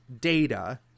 data